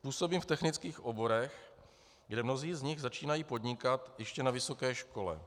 Působím v technických oborech, kde mnozí z nich začínají podnikat ještě na vysoké škole.